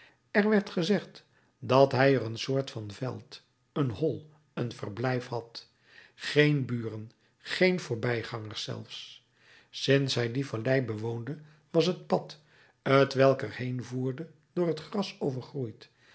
er werd gezegd dat hij er een soort van veld een hol een verblijf had geen buren geen voorbijgangers zelfs sinds hij die vallei bewoonde was het pad t welk er heen voerde door het gras